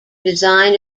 design